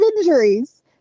injuries